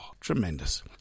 tremendous